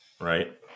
Right